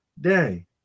day